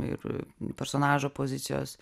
ir personažo pozicijos